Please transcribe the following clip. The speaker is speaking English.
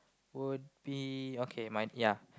would be okay my ya